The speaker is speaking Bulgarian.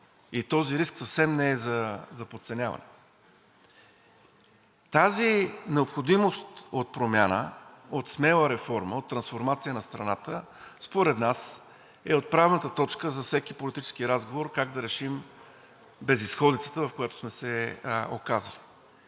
и този риск съвсем не е за подценяване. Тази необходимост от промяна, от смела реформа, от трансформация на страната според нас е отправната точка за всеки политически разговор как да решим безизходицата, в която сме се оказали.